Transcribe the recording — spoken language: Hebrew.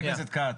חבר הכנסת כץ,